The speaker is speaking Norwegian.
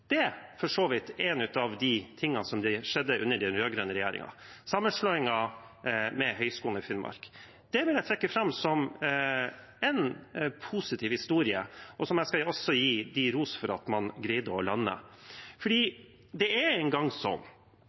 Det er for så vidt én av tingene som skjedde under den rød-grønne regjeringen – sammenslåingen med Høgskolen i Finnmark. Det vil jeg trekke fram som en positiv historie jeg skal gi dem ros for at de greide å lande. Det er nå engang sånn